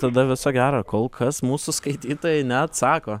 tada viso gero kol kas mūsų skaitytojai neatsako